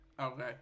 Okay